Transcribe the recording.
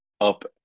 up